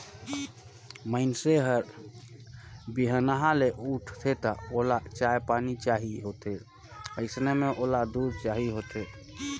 मइनसे हर बिहनहा ले उठथे त ओला चाय पानी चाही होथे अइसन म ओला दूद चाही होथे